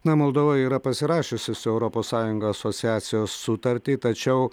na moldova yra pasirašiusi su europos sąjunga asociacijos sutartį tačiau